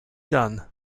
done